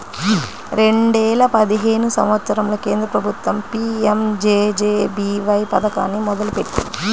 రెండేల పదిహేను సంవత్సరంలో కేంద్ర ప్రభుత్వం పీ.యం.జే.జే.బీ.వై పథకాన్ని మొదలుపెట్టింది